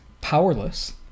powerless